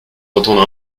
entendre